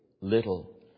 little